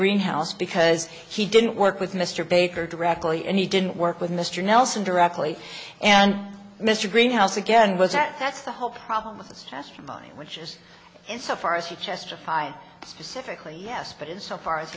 greenhouse because he didn't work with mr baker directly and he didn't work with mr nelson directly and mr greenhouse again was that that's the whole problem with this task of mine which is insofar as he testified specifically yes but in so far as